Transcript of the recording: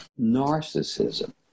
Narcissism